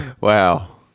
wow